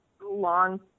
long